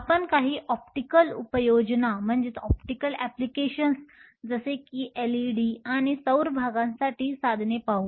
आपण काही ऑप्टिकल उपयोजना जसे की एलइडी आणि सौर भागासाठी साधने पाहू